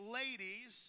ladies